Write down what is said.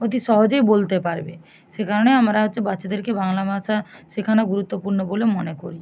অতি সহজেই বলতে পারবে সেকারণে আমরা হচ্ছে বাচ্চাদেরকে বাংলা ভাষা শেখানো গুরুত্বপূর্ণ বলে মনে করি